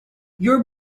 your